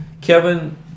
Kevin